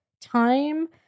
time